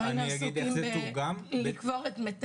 היינו עסוקים בקבורה.